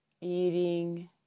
eating